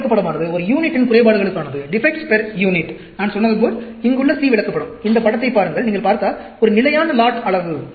இந்த விளக்கப்படமானது ஒரு யூனிட்டின் குறைபாடுகளுக்கானது நான் சொன்னது போல் இங்குள்ள C விளக்கப்படம் இந்த படத்தை நீங்கள் பார்த்தால் ஒரு நிலையான லாட் அளவு